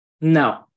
No